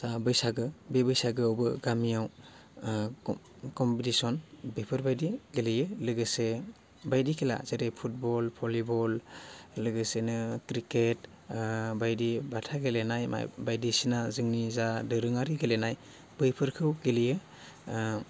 दा बैसागो बे बैसागोआवबो गामियाव कमपिटिसन बेफोरबायदि गेलेयो लोगोसे बायदि खेला जेरै फुटबल भलिबल लोगोसेनो क्रिकेट बायदि बाथा गेलेनाय बायदिसिना जोंनि जा दोरोङारि गेलेनाय बैफोरखौ गेलेयो